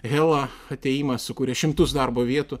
hella atėjimas sukūrė šimtus darbo vietų